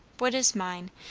what is mine?